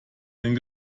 den